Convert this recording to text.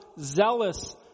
zealous